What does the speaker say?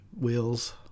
wheels